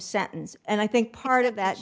sentence and i think part of that